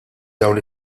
dawn